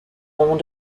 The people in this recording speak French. moment